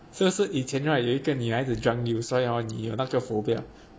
是不是以前 right 有一个女孩子 drunk you 所以 hor you 有那个 phobia